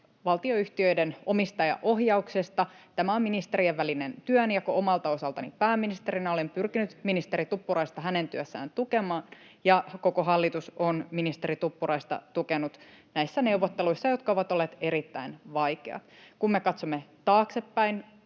valtionyhtiöiden omistajaohjauksesta. Tämä on ministerien välinen työnjako. Omalta osaltani pääministerinä olen pyrkinyt ministeri Tuppuraista työssään tukemaan, [Ville Tavion välihuuto] ja koko hallitus on ministeri Tuppuraista tukenut näissä neuvotteluissa, jotka ovat olleet erittäin vaikeat. Kun katsomme taaksepäin,